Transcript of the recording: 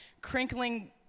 crinkling